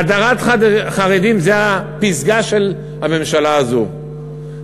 הדרת חרדים זה הפסגה של הממשלה הזאת.